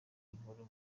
nkuru